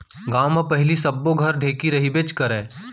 गॉंव म पहिली सब्बो घर ढेंकी रहिबेच करय